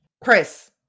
Chris